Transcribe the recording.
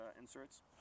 inserts